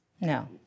No